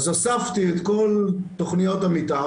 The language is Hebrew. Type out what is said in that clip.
כדי לראות איך אנחנו יכולים לעשות הסטות תקציביות מסעיף לסעיף,